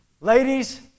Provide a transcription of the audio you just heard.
Ladies